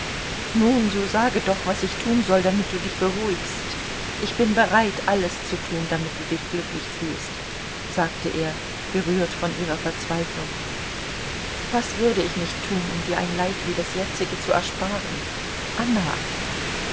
nun so sage doch was ich tun soll damit du dich beruhigst ich bin bereit alles zu tun damit du dich glücklich fühlst sagte er gerührt von ihrer verzweiflung was würde ich nicht tun um dir ein leid wie das jetzige zu ersparen anna